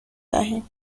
دهیم